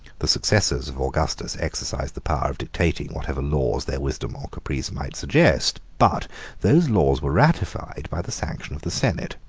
the successors of augustus exercised the power of dictating whatever laws their wisdom or caprice might suggest but those laws were ratified by the sanction of the senate.